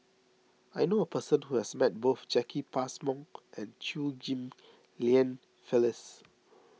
I knew a person who has met both Jacki Passmore and Chew Ghim Lian Phyllis